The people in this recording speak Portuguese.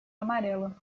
amarela